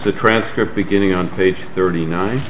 the transcript beginning on page thirty ni